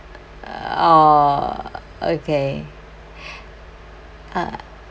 uh oh okay uh